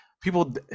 people